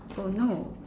oh no